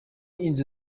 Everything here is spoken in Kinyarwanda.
inzu